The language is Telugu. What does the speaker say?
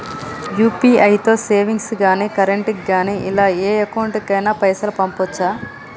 యూ.పీ.ఐ తో సేవింగ్స్ గాని కరెంట్ గాని ఇలా ఏ అకౌంట్ కైనా పైసల్ పంపొచ్చా?